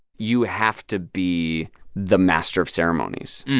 you have to be the master of ceremonies.